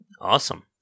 Awesome